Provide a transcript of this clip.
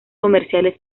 comerciales